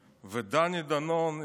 דני דנון הסביר